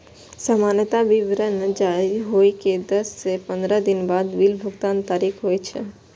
सामान्यतः विवरण जारी होइ के दस सं पंद्रह दिन बाद बिल भुगतानक तारीख होइ छै